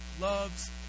loves